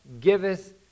giveth